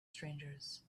strangers